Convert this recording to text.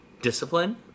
Discipline